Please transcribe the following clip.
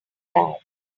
bad